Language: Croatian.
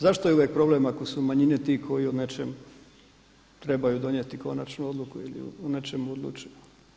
Zašto je uvijek problem ako su manjine ti koji o nečemu trebaju donijeti konačnu odluku ili o nečemu odlučuju?